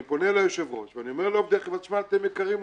אני פונה ליושב-ראש ואני אומר לעובדי חברת החשמל: אתם יקרים לנו.